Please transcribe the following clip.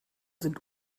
sind